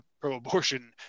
pro-abortion